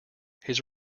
his